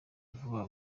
vuba